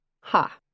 Ha